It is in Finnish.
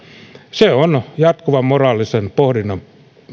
se on jatkuvan moraalisen pohdinnan